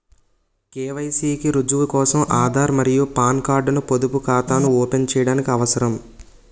KYC కి రుజువు కోసం ఆధార్ మరియు పాన్ కార్డ్ ను పొదుపు ఖాతాను ఓపెన్ చేయడానికి అవసరం